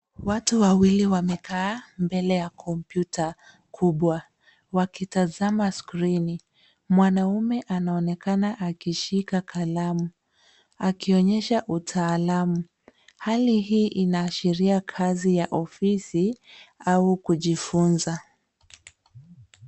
Watu wawili wamekaa mbele ya kompyuta kubwa, wakitazama skrini. Mwanaume anaonekana akishika kalamu, akionyesha utaalamu. Hali hii inaashiria kazi ya ofisi au kujifunza.